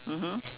mmhmm